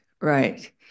Right